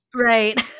Right